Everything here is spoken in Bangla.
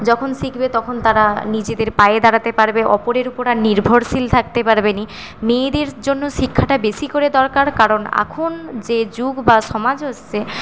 যখন শিখবে তখন তারা নিজেদের পায়ে দাঁড়তে পারবে অপরের ওপর আর নির্ভরশীল থাকতে পারবে না মেয়েদের জন্য শিক্ষাটা বেশি করে দরকার কারণ এখন যে যুগ বা সমাজ এসছে